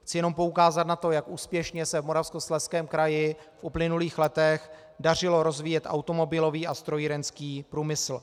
Chci jenom poukázat na to, jak úspěšně se v Moravskoslezském kraji v uplynulých letech dařilo rozvíjet automobilový a strojírenský průmysl.